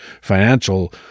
financial